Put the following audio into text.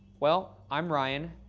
well, i'm ryan.